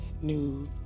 News